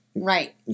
Right